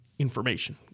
Information